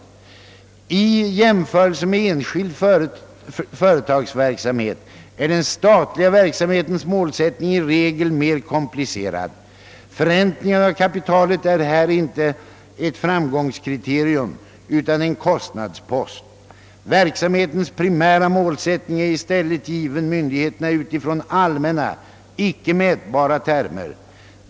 I jämförelse med enskild företagsverksamhet är den statliga verksamhetens målsättning i regel mer komplcerad. Förräntningen av kapitalet är här inte ett framgångskriterium utan en kostnadspost. Verksamhetens Pprimära målsättning är i stället given myndigheterna utifrån i allmänna, icke mätbara termer.